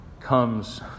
comes